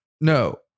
no